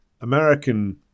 American